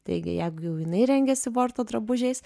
taigi jeigu jau jinai rengiasi vorto drabužiais